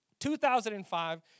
2005